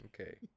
Okay